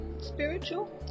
Spiritual